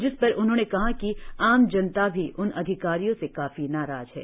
जिसपर उन्होंने कहा कि आम जनता भी उन अधिकारियों से काफी नाराज है